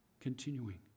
Continuing